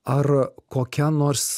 ar kokia nors